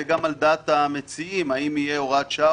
זה גם על דעת המציעים שהנושא של הוראת שעה